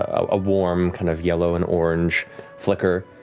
ah a warm, kind of yellow and orange flicker.